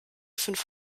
fünf